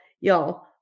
y'all